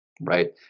right